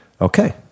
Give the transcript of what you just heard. Okay